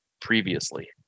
previously